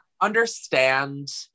Understand